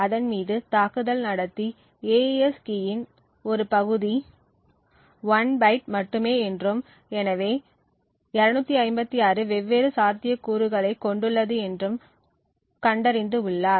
அதன் மீது தாக்குதல் நடத்தி AES கீ இன் ஒரு பகுதி 1 பைட் மட்டுமே என்றும் எனவே 256 வெவ்வேறு சாத்தியக்கூறுகளைக் கொண்டுள்ளது என்றும் கண்டறிந்து உள்ளார்